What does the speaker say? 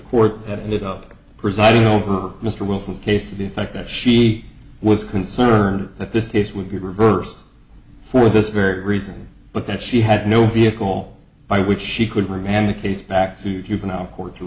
up presiding over mr wilson's case to the effect that she was concerned that this case would be reversed for this very reason but that she had no vehicle by which she could remain and the case back to juvenile court to